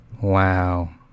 Wow